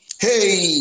Hey